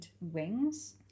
wings